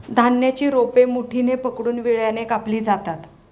धान्याची रोपे मुठीने पकडून विळ्याने कापली जातात